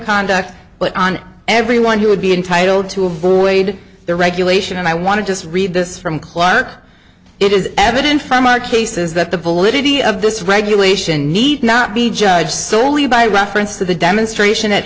on everyone who would be entitled to avoid the regulation and i want to just read this from clark it is evident from our cases that the validity of this regulation need not be judged solely by reference to the demonstration at